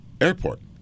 airport